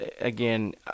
again